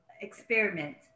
experiment